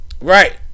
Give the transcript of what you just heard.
Right